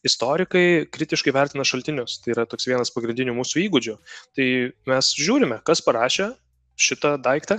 istorikai kritiškai vertina šaltinius tai yra toks vienas pagrindinių mūsų įgūdžių tai mes žiūrime kas parašė šitą daiktą